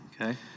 Okay